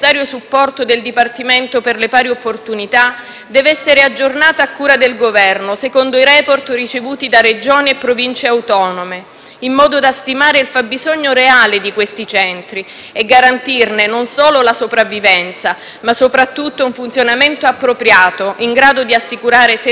deve essere aggiornata a cura del Governo secondo i *report* ricevuti da Regioni e Province autonome, in modo da stimare il fabbisogno reale di questi centri e garantirne, non solo la sopravvivenza, ma soprattutto un funzionamento appropriato, in grado di assicurare servizi adeguati su tutto il territorio nazionale.